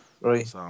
Right